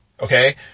Okay